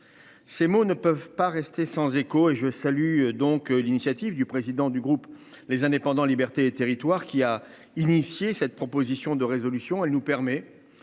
Ces mots ne peuvent pas rester sans écho et je salue donc l'initiative du président du groupe les indépendants Libertés et territoires, qui a initié cette proposition de résolution,